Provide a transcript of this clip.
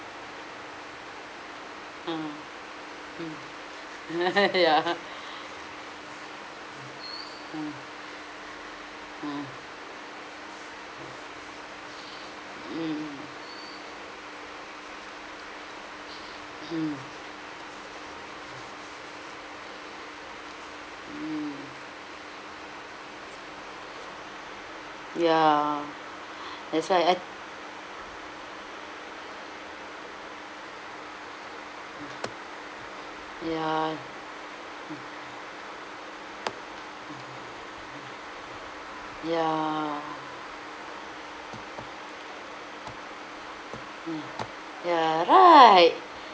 ah mm ya mm mm mm mm mm ya that's why I ah ya alright ya mm ya right